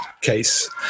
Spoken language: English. case